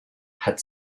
had